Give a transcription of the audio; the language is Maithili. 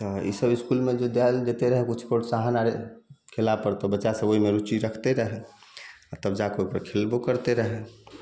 तऽ ईसब इसकूलमे जे देल जेतै रहऽ किछु प्रोत्साहन आर खेला पर तऽ बच्चा सब ओहिमे रुचि रखतै रहऽ आ तब जाके ओ खेलबो करतै रहऽ